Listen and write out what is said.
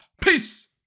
Peace